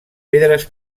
pedres